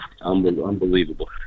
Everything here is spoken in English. Unbelievable